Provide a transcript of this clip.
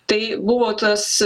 tai buvo tas